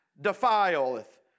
defileth